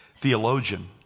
theologian